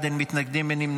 בעד, אין מתנגדים, אין נמנעים.